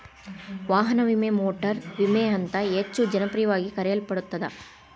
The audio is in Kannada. ವಾಹನ ವಿಮೆ ಮೋಟಾರು ವಿಮೆ ಅಂತ ಹೆಚ್ಚ ಜನಪ್ರಿಯವಾಗಿ ಕರೆಯಲ್ಪಡತ್ತ